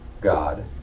God